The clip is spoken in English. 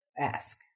ask